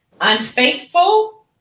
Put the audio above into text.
unfaithful